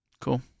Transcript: cool